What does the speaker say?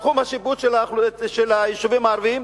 את תחום השיפוט של היישובים הערביים.